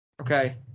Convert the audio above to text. Okay